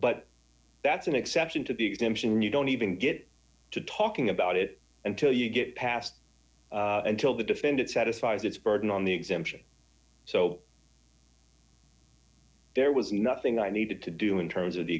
but that's an exception to the exemption you don't even get to talking about it until you get passed until the defendant satisfies its burden on the exemption so there was nothing i needed to do in terms of the